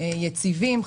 יציבים,